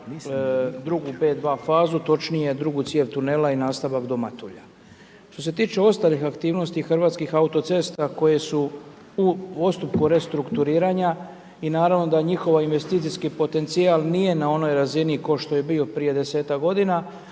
drugu 5.2. fazu, točnije drugu cijev tunela i nastavak do Matulja. Što se tiče ostalih aktivnosti hrvatskih autocesta, koje su u postupku restrukturiranja, i naravno da njihov investicijski potencijal nije na onoj razini, kao što je bio prije 10-tak g.